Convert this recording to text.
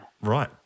Right